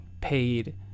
Paid